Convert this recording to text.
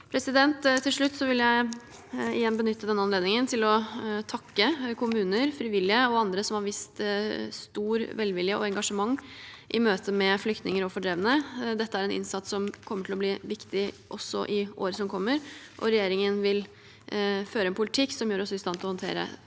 Til slutt vil jeg igjen benytte anledningen til å takke kommuner, frivillige og andre som har vist stor velvilje og engasjement i møte med flyktninger og fordrevne. Dette er en innsats som kommer til å bli viktig også i året som kommer. Regjeringen vil føre en politikk som gjør oss i stand til å håndtere ankomstene